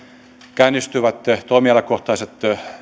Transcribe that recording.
käynnistyvät toimialakohtaiset